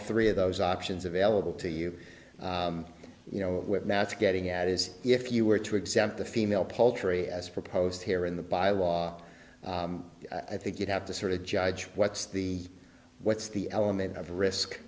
three of those options available to you you know where that's getting at is if you were to exempt the female poultry as proposed here in the by law i think you'd have to sort of judge what's the what's the element of risk